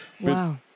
Wow